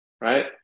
right